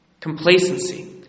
Complacency